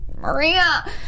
Maria